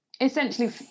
essentially